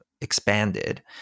expanded